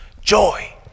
joy